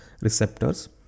receptors